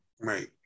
Right